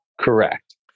Correct